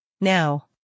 Now